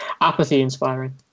apathy-inspiring